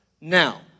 now